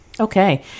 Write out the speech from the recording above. Okay